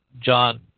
John